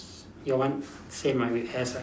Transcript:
your one same might be has ah